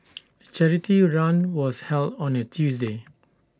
the charity run was held on A Tuesday